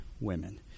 women